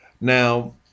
Now